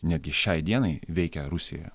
netgi šiai dienai veikia rusijoje